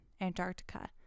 Antarctica